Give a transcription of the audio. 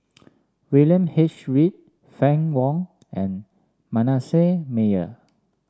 William H Read Fann Wong and Manasseh Meyer